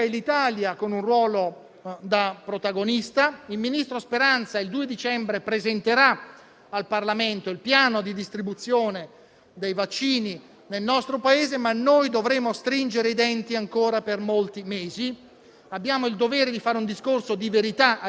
Questo è il lavoro che siamo tutti chiamati a fare in questa fase difficile della vita del Paese e sono molto contento che da tutti i Gruppi parlamentari anche in Senato sia venuta una risposta positiva